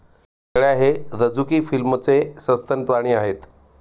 शेळ्या हे रझुकी फिलमचे सस्तन प्राणी आहेत